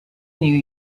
new